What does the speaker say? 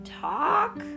talk